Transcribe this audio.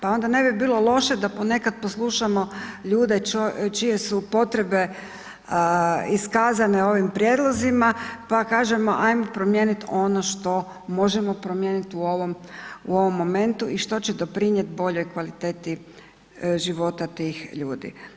Pa onda ne bi bilo loše da nekad poslušamo ljude čije su potrebe iskazane ovim prijedlozima pa kažemo hajmo promijeniti ono što možemo promijeniti u ovom momentu i što će doprinijeti boljoj kvaliteti života tih ljudi.